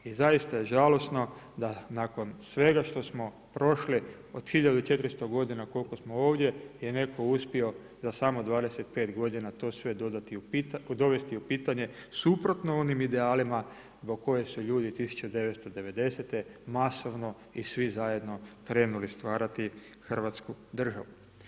I zaista je žalosno da nakon svega što smo prošli od 1400 godina koliko smo ovdje je netko uspio za samo 25 godina to sve dovesti u pitanje suprotno onim idealima zbog kojih su ljudi 1990. masovno i svi zajedno krenuli stvarati Hrvatsku državu.